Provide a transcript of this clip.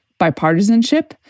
bipartisanship